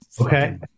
okay